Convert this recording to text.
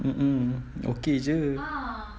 mm mm okay jer